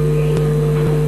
בבקשה.